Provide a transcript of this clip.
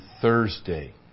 Thursday